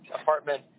apartment